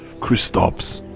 kristaps,